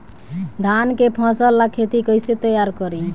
धान के फ़सल ला खेती कइसे तैयार करी?